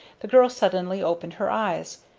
the girl suddenly opened her eyes,